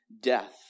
death